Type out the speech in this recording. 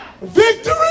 Victory